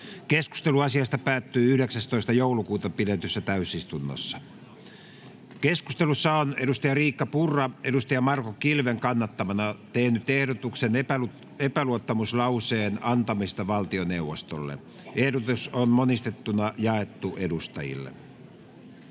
Keskustelu asiasta päättyi 19.12.2022 pidetyssä täysistunnossa. Keskustelussa on Riikka Purra Marko Kilven kannattamana tehnyt ehdotuksen epäluottamuslauseen antamisesta valtioneuvostolle. Ehdotus on monistettuna jaettu edustajille.